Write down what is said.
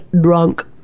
drunk